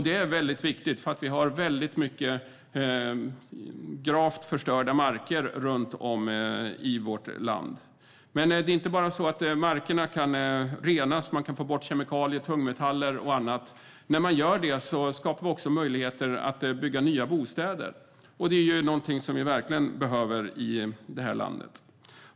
Det är viktigt, för vi har många gravt förstörda marker runt om i vårt land. Men det är inte bara så att markerna kan renas och man kan få bort kemikalier, tungmetaller och annat, utan när man sanerar skapas också möjligheter att bygga nya bostäder, och det är ju någonting som vi verkligen behöver i det här landet.